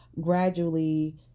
gradually